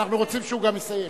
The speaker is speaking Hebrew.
אנחנו רוצים שהוא גם יסיים.